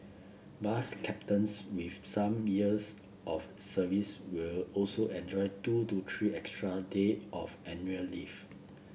bus captains with some years of service will also enjoy two to three extra day of annual leave